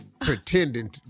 pretending